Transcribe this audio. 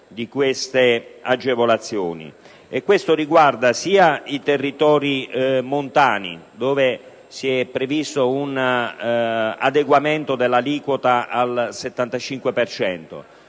Questo riguarda sia i territori montani, per i quali è previsto un adeguamento della aliquota al 75